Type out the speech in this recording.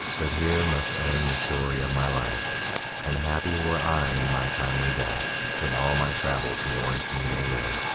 but here must end the story of my life and happy were i in my timely death, could all my travels warrant me they live.